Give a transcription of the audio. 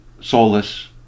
soulless